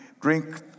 drink